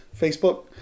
facebook